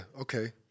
okay